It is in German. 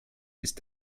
ist